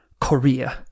Korea